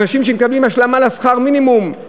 אנשים שמקבלים השלמה לשכר המינימום.